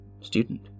student